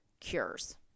cures